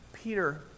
Peter